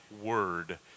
word